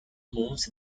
moves